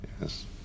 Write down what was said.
Yes